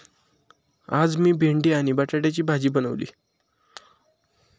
आज मी भेंडी आणि बटाट्याची भाजी बनवली